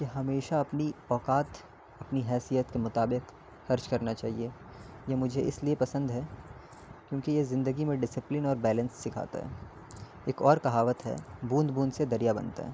کہ ہمیشہ اپنی اوقات اپنی حیثیت کے مطابق خرچ کرنا چاہیے یہ مجھے اس لیے پسند ہے کیونکہ یہ زندگی میں ڈسپلن اور بیلنس سکھاتا ہے ایک اور کہاوت ہے بوند بوند سے دریا بنتا ہے